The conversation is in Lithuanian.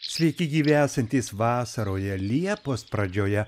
sveiki gyvi esantys vasaroje liepos pradžioje